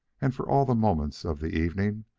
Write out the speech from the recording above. and for all the moments of the evening,